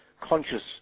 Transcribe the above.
conscious